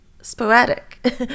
sporadic